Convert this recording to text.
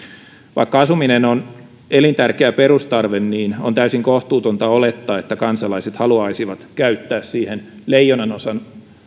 vaikka asuminen on elintärkeä perustarve niin on täysin kohtuutonta olettaa että kansalaiset haluaisivat käyttää siihen leijonanosan